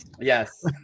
Yes